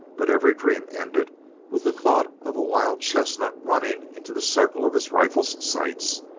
but every dream ended with the thought of a wild chestnut running into the circle of his rifle's sights,